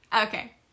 Okay